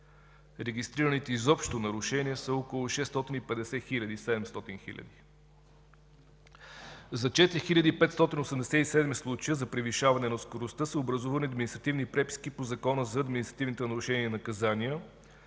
регистрираните изобщо нарушения са около 650 000 – 700 000. За 4587 случая за превишаване на скоростта са образувани административни преписки по Закона за административните нарушения и наказания,